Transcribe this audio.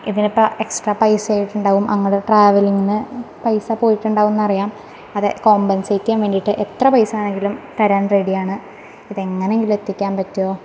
ഇതിന് ഇപ്പം എക്സ്ട്രാ പൈസ ആയിട്ടുണ്ടാവും അങ്ങോട്ട് ട്രാവലിങ്ങിന് പൈസ പോയിട്ടുണ്ടാവും എന്നറിയാം അത് കോമ്പന്സേറ്റ് ചെയ്യാന് വേണ്ടിയിട്ട് എത്ര പൈസ വേണമെങ്കിലും തരാന് റെഡി ആണ് ഇതെങ്ങനെ എങ്കിലും എത്തിക്കാന് പറ്റുമോ